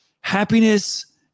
happiness